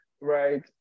right